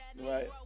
Right